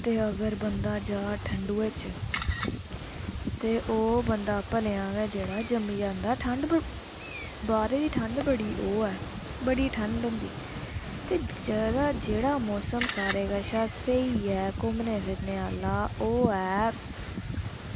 ते अगर बंदा जा ठंडुऐ च ते ओह् बंदा तां गै बंदा जम्मी जंदा की के ठंड बड़ी ऐ बाहरै दी ठंड बड़ी ओह् ऐ बड़ी ठंड होंदी ते स्यालै जेह्ड़ा मौसम सारें कशा स्हेई ऐ घुम्मनै फिरने आह्ला ओह् ऐ